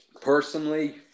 Personally